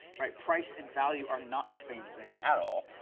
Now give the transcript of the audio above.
right? price and value are not the same thing at all.